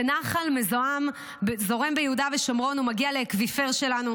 כשנחל מזוהם זורם ביהודה ושומרון ומגיע לאקוויפר שלנו,